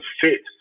fit